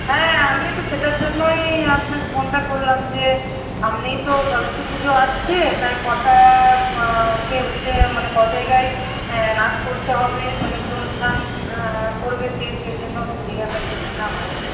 হ্যাঁ আমিও তো সেটার জন্যই আপনাকে ফোনটা করলাম যে সামনেই তো সরস্বতী পুজো আসছে তাই কটা ওকে হচ্ছে মানে ক জায়গায় নাচ করতে হবে মানে নিত্য অনুষ্ঠান করবে সে সেজন্য একটু জিজ্ঞাসা করছিলাম আর কি